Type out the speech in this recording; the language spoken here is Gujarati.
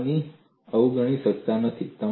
બાજુની તાણને અવગણી શકાય નહીં